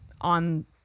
on